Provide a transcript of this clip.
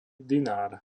dinár